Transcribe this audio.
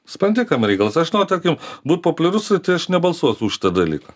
supranti kame reikalas aš noriu tarkim būt populiarus tai aš nebalsuosiu už tą dalyką